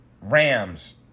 rams